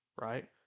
right